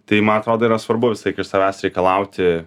tai ma atrodo yra svarbu visai iš savęs reikalauti